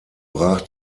brach